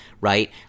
right